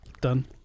Done